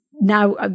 Now